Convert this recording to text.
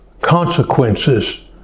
consequences